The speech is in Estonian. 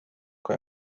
kui